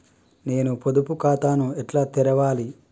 నేను పొదుపు ఖాతాను ఎట్లా తెరవాలి?